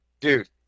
dude